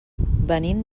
venim